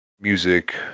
music